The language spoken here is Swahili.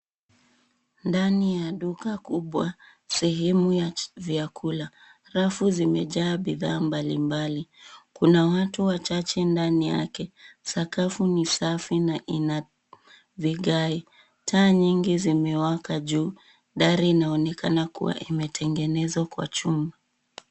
Ndani ya duka kubwa, sehemu ya vyakula. Rafu zimejaa bidhaa mbalimbali. Kuna watu wachache ndani yake. Sakafu ni safi na ina vigae . Taa nyingi zimewaka juu. Dari inaonekana kuwa imetengenezwa kwa chuma.